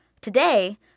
Today